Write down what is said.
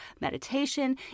meditation